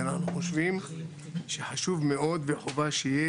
ואנחנו חושבים שחשוב מאוד וחובה שיהיה